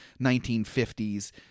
1950s